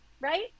right